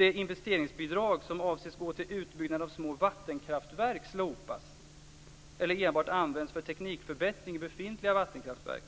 det investeringsbidrag som avses gå till utbyggnad av små vattenkraftverk slopas eller enbart används för teknikförbättring i befintliga vattenkraftverk.